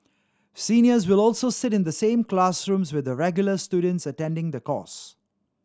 seniors will also sit in the same classrooms with the regular students attending the course